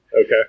Okay